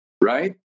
right